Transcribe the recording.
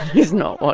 is not what.